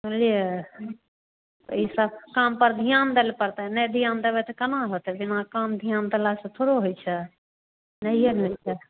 सुनलिये तो यह सब काम पर ध्यान दैल परता नहीं ध्यान देवए तो केना होते बिना काम ध्यान देला स थोरे होईछे नहिए मिलतै